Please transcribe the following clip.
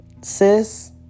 Sis